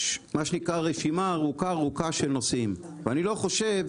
רשימה ארוכה מאוד של נושאים ואני לא חושב